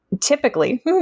Typically